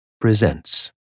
presents